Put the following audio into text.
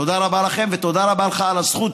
תודה רבה לכם ותודה רבה לך על הזכות,